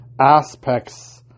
aspects